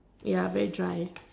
ya very dry